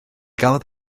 gafodd